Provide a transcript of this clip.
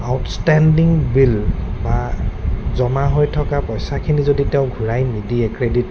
outstanding bill বা জমা হৈ থকা পইচাখিনি যদি তেওঁ ঘূৰাই নিদিয়ে ক্ৰেডিট